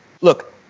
look